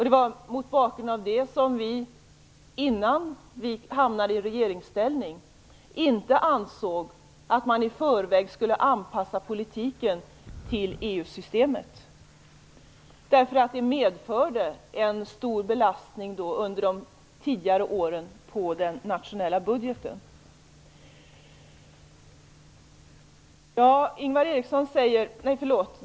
Det var mot bakgrund av det som vi, innan vi hamnade i regeringsställning, ansåg att man inte i förväg skulle anpassa politiken till EU-systemet. Det skulle ha medfört en stor belastning på den nationella budgeten under de tidigare åren.